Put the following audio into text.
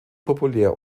populär